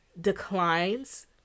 declines